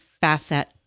facet